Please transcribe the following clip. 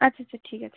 আচ্ছা আচ্ছা ঠিক আছে